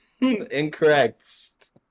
Incorrect